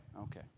okay